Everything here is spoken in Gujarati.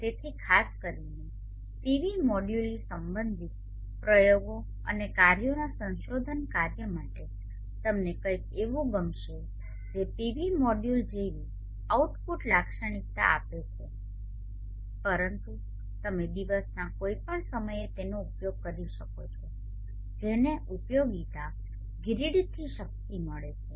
તેથી ખાસ કરીને PV મોડ્યુલોથી સંબંધિત પ્રયોગો અને કાર્યોના સંશોધન કાર્ય માટે તમને કંઈક એવું ગમશે જે PV મોડ્યુલ જેવી આઉટપુટ લાક્ષણિકતા આપે છે પરંતુ તમે દિવસના કોઈપણ સમયે તેનો ઉપયોગ કરી શકો છો જેને ઉપયોગિતા ગ્રીડથી શક્તિ મળે છે